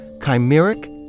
chimeric